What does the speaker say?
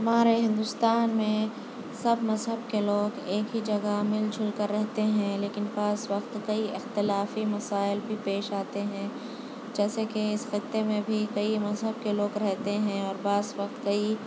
ہمارے ہندوستان میں سب مذہب کے لوگ ایک ہی جگہ مل جل کر رہتے ہیں لیکن بعض وقت کئی اختلافی مسائل بھی پیش آتے ہیں جیسے کہ اس خطے میں بھی کئی مذہب کے لوگ رہتے ہیں اور بعض وقت کئی